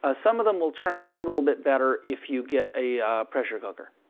ah some of them will turn out a little bit better if you get a pressure cooker.